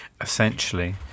essentially